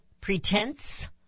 pretense